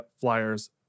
Flyers